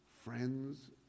friends